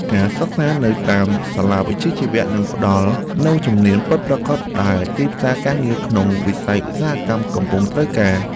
ការសិក្សានៅតាមសាលាវិជ្ជាជីវៈនឹងផ្តល់នូវជំនាញពិតប្រាកដដែលទីផ្សារការងារក្នុងវិស័យឧស្សាហកម្មកំពុងត្រូវការ។